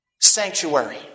sanctuary